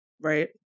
Right